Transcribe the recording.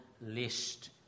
list